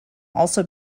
also